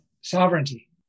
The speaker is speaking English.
sovereignty